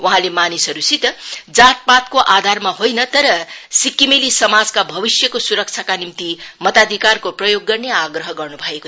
वहाँले मानिसहरुसित जातपातको आधारमा होइन तर सिक्किमेली समाजको भविष्यको सूरक्षाका निम्ति मताधिकारको प्रयोग गर्ने आग्रह गर्नु भयो